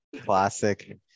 Classic